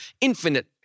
infinite